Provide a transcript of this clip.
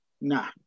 Nah